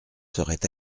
seraient